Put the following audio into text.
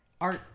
art